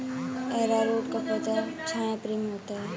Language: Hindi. अरारोट का पौधा छाया प्रेमी होता है